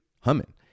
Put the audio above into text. humming